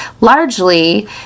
Largely